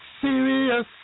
serious